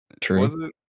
True